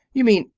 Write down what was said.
you mean,